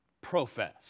profess